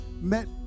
met